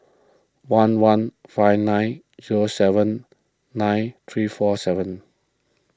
one one five nine zero seven nine three four seven